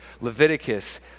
Leviticus